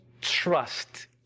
Trust